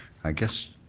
i guess,